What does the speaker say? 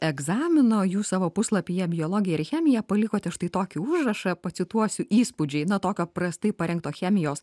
egzamino jūs savo puslapyje biologija ir chemija palikote štai tokį užrašą pacituosiu įspūdžiai na tokio prastai parengto chemijos